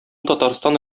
татарстан